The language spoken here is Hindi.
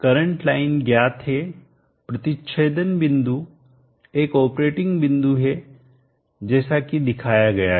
करंट लाइन ज्ञात है प्रतिच्छेदन बिंदु एक ऑपरेटिंग बिंदु है जैसा कि दिखाया गया है